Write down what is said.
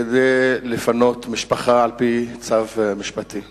כדי לפנות משפחה על-פי צו משפטי.